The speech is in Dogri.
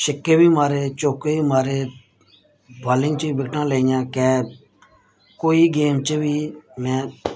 छिक्के बी मारे चौके बी मारे बालिंग च बिकटां लेइयां कैच कोई गेम च बी में